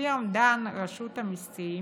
לפי אומדן של רשות המיסים,